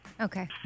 okay